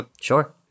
Sure